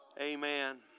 Amen